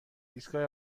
ایستگاه